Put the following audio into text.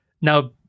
now